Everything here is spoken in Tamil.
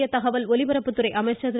மத்திய தகவல் ஒலிபரப்புத்துறை அமைச்சர் திரு